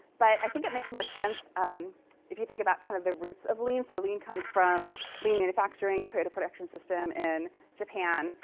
but i think it makes more sense if you think about kind of the roots of lean. so lean comes from lean manufacturing toyota production system in japan.